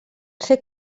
ser